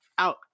Out